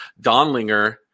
Donlinger